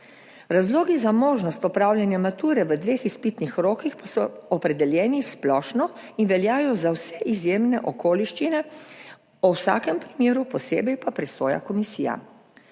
Razlogi za možnost opravljanja mature v dveh izpitnih rokih pa so opredeljeni splošno in veljajo za vse izjemne okoliščine, o vsakem primeru posebej pa presoja komisija.